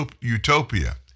utopia